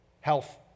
health